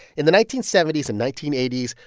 in the nineteen seventy s and nineteen eighty s,